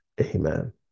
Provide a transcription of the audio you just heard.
Amen